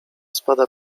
spada